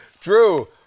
Drew